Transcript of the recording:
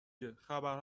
گهخبر